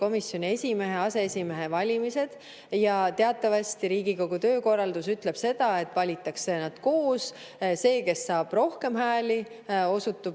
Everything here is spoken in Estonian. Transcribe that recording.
komisjoni esimehe ja aseesimehe valimised. Teatavasti Riigikogu töökorraldus ütleb seda, et valitakse nad koos. See, kes saab rohkem hääli, osutub valituks